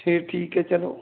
ਫੇਰ ਠੀਕ ਹੈ ਚਲੋ